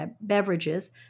beverages